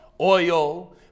Oil